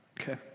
Okay